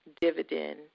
dividend